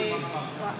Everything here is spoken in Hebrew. בוועדה